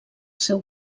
seu